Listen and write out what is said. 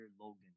Logan